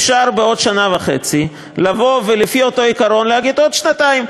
אפשר בעוד שנה וחצי לבוא ולפי אותו עיקרון להגיד: עוד שנתיים.